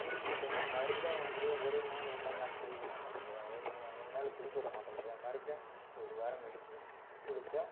குளித்து விட்டனொன்னே மறுக்கா வந்து ஒரு நாள் ரெண்டு நாள் நாம் குளிக்க மாட்டோமில்லையா ஒரு நாள் ரெண்டு நாள் குளித்து விட மாட்டோமில்லையா மறுக்கா ஒரு வாரம் கழிச்சி குளித்தா